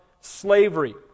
slavery